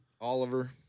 Oliver